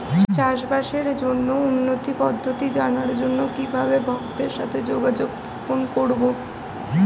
চাষবাসের জন্য উন্নতি পদ্ধতি জানার জন্য কিভাবে ভক্তের সাথে যোগাযোগ স্থাপন করব?